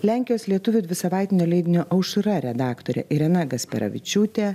lenkijos lietuvių dvisavaitinio leidinio aušra redaktorė irena gasperavičiūtė